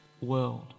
world